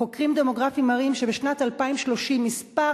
חוקרים דמוגרפיים מראים שבשנת 2030 מספר